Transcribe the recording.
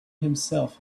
himself